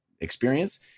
experience